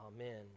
Amen